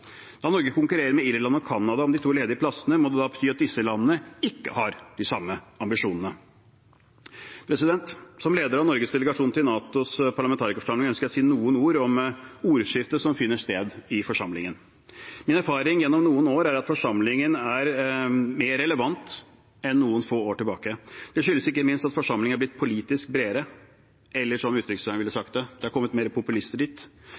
Da Norge konkurrerer med Irland og Canada om de to ledige plassene, må det bety at disse landene ikke har de samme ambisjonene. Som leder av Norges delegasjon til NATOs parlamentarikerforsamling ønsker jeg å si noen ord om ordskiftet som finner sted i forsamlingen. Min erfaring gjennom noen år er at forsamlingen er mer relevant enn noen få år tilbake. Det skyldes ikke minst at forsamlingen er blitt politisk bredere – eller som utenriksministeren ville ha sagt det: Det har kommet flere populister dit